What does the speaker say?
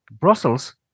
Brussels